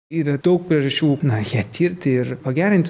yra daug priežasčių na ja tirti ir pagerinti